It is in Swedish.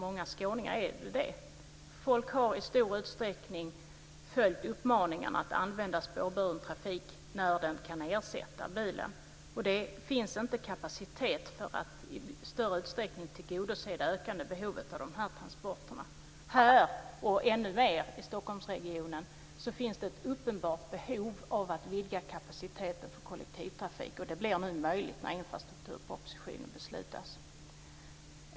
Människor har i stor utsträckning följt uppmaningen att använda spårburen trafik när den kan ersätta bilen. Det finns inte kapacitet för att i större utsträckning tillgodose det ökande behovet av transporterna. Här och ännu mer i Stockholmsregionen finns det ett uppenbart behov av att vidga kapaciteten för kollektivtrafik. Det blir nu möjligt när det fattas beslut om infrastrukturpropositionen.